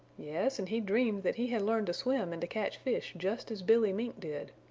yes, and he dreamed that he had learned to swim and to catch fish just as billy mink did.